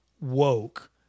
woke